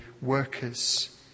workers